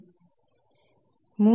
సరే